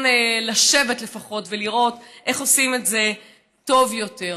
לשבת לפחות ולראות איך עושים את זה טוב יותר,